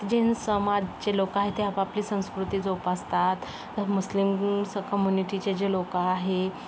gene समाजची लोकं आहे ते आपापली संस्कृती जोपासतात तर मुस्लिम स कम्युनिटीचे जे लोकं आहे